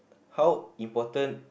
how important